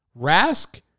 Rask